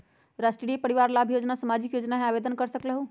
राष्ट्रीय परिवार लाभ योजना सामाजिक योजना है आवेदन कर सकलहु?